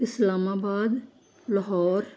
Islamabad Lahore